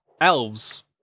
Elves